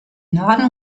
norden